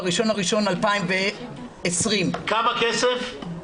ב-1 בינואר 2020. כמה כסף?